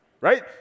right